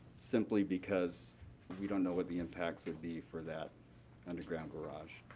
simply because we don't know what the impacts would be for that underground garage.